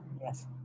Yes